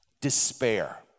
despair